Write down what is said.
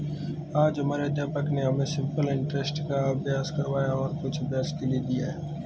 आज हमारे अध्यापक ने हमें सिंपल इंटरेस्ट का अभ्यास करवाया और कुछ अभ्यास के लिए दिया